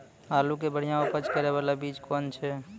आलू के बढ़िया उपज करे बाला बीज कौन छ?